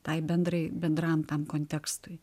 tai bendrai bendram kontekstui